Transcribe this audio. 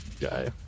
guy